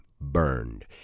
burned